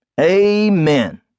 Amen